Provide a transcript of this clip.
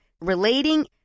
relating